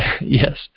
Yes